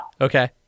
Okay